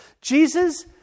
Jesus